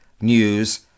news